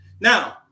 Now